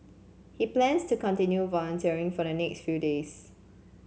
he plans to continue volunteering for the next few days